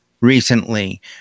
recently